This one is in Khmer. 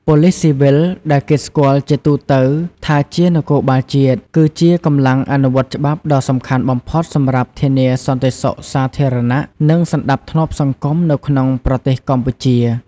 ប៉ូលិសស៊ីវិល ដែលគេស្គាល់ជាទូទៅថាជានគរបាលជាតិ គឺជាកម្លាំងអនុវត្តច្បាប់ដ៏សំខាន់បំផុតសម្រាប់ធានាសន្តិសុខសាធារណៈ និងសណ្ដាប់ធ្នាប់សង្គមនៅក្នុងប្រទេសកម្ពុជា។